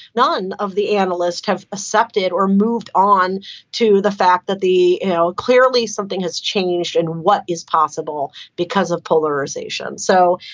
none of the analysts have accepted or moved on to the fact that the. clearly, something has changed. and what is possible because of polarization. so,